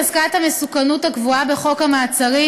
חזקת המסוכנות הקבועה בחוק המעצרים